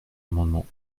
amendement